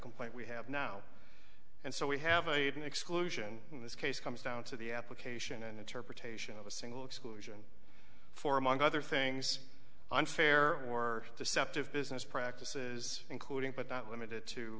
complaint we have now and so we haven't had an exclusion in this case comes down to the application and interpretation of a single exclusion for among other things unfair or deceptive business practices including but not limited to